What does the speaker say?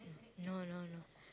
no no no